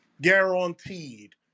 guaranteed